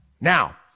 Now